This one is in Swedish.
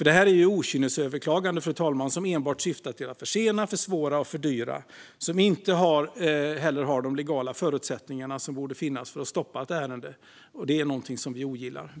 Det är okynnesöverklagande som enbart syftar till att försena, försvåra och fördyra och som inte har de legala förutsättningar som bör finnas för att stoppa ett ärende. Det är något vi ogillar.